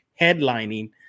headlining